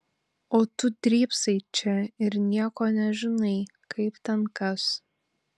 o tu drybsai čia ir nieko nežinai kaip ten kas